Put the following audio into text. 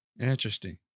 Interesting